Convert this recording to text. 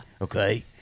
okay